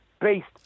based